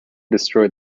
destroy